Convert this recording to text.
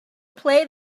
play